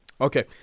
Okay